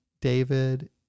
David